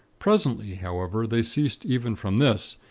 presently, however, they ceased even from this,